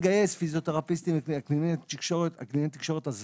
סמלי תקשורת והוא לא מקבל את המענה הזה.